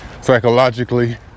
psychologically